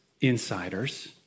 insiders